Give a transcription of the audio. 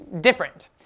different